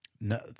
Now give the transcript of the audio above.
No